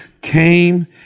came